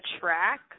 track